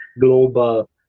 global